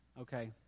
Okay